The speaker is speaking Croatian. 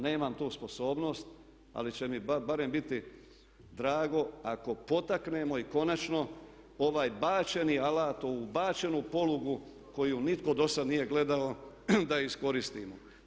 Nemam tu sposobnost, ali će mi barem biti drago ako potaknemo i konačno ovaj bačeni alat, ovu bačenu polugu koju nitko do sad nije gledao da iskoristimo.